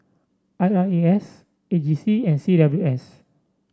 I R A S A G C and C W S